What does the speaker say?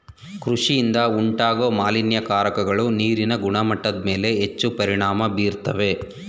ಕೃಷಿಯಿಂದ ಉಂಟಾಗೋ ಮಾಲಿನ್ಯಕಾರಕಗಳು ನೀರಿನ ಗುಣಮಟ್ಟದ್ಮೇಲೆ ಹೆಚ್ಚು ಪರಿಣಾಮ ಬೀರ್ತವೆ